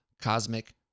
Cosmic